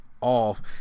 off